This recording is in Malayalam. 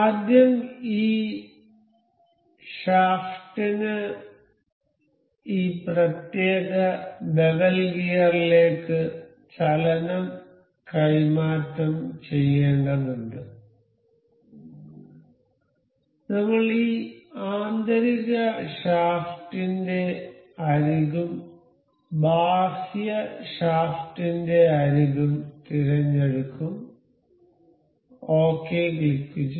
ആദ്യം ഈ ഷാഫ്റ്റിന് ഈ പ്രത്യേക ബെവൽ ഗിയറിലേക്ക് ചലനം കൈമാറ്റം ചെയ്യേണ്ടതുണ്ട് നമ്മൾ ഈ ആന്തരിക ഷാഫ്റ്റിന്റെ അരികും ബാഹ്യ ഷാഫ്റ്റിന്റെ അരികും തിരഞ്ഞെടുക്കും ഒകെ ക്ലിക്കുചെയ്യുക